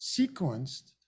sequenced